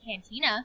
cantina